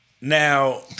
Now